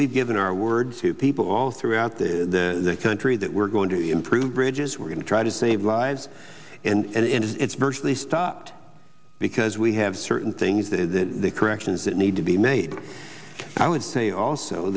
we've given our word to people all throughout the country that we're going to improve bridges we're going to try to save lives and it's virtually stopped because we have certain things that corrections that need to be made i would say also